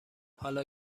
حالا